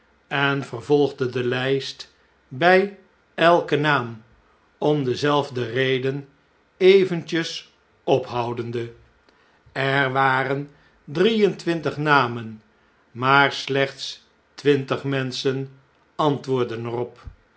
en vervolgde de ljjst bjj elken naam om dezelfde reden eventjes ophondende er waren drie en twintig namen maar slechts twintig menschen antwoordden er